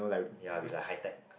ya we got high tech